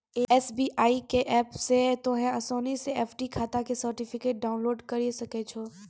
SBI के app से तोंहें असानी से एफ.डी खाता के सर्टिफिकेट डाउनलोड करि सकै छो